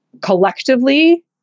collectively